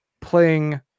playing